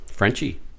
Frenchie